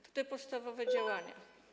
To są te podstawowe działania.